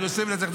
ינצח, יוסף ינצח.